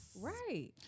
right